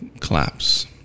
collapse